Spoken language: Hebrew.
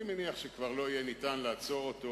אני מניח שכבר לא יהיה ניתן לעצור אותו.